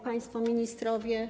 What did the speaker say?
Państwo Ministrowie!